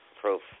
Proof